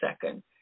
second